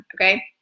okay